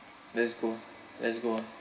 let's go let's go